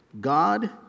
God